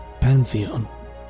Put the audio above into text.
Pantheon